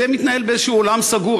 זה מתנהל באיזשהו עולם סגור.